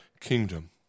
kingdom